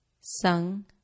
Sung